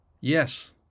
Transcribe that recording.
Yes